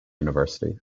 university